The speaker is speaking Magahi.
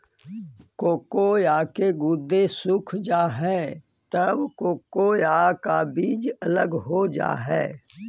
कोकोआ के गुदे सूख जा हई तब कोकोआ का बीज अलग हो जा हई